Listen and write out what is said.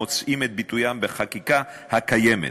מוצאים את ביטוים בחקיקה הקיימת.